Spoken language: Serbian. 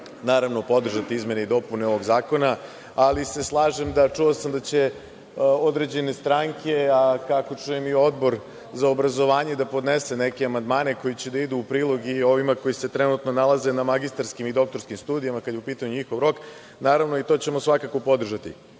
naravno, podržati izmene i dopune ovog zakona. Ali se slažem, čuo sam da će određene stranke, a kako čujem i Odbor za obrazovanje da podnese neke amandmane koji će da idu u prilog i ovima koji se trenutno nalaze na magistarskim i doktorskim studijama, kada je u pitanju njihov rok, naravno, i to ćemo svakako podržati.Za